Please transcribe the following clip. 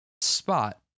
spot